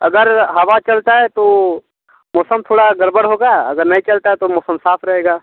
अगर हवा चलतई है तो मौसम थोड़ा गड़बड़ होगा अगर नहीं चलतई है तो मौसम साफ़ रहेगा